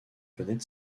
fenêtre